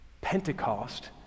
Pentecost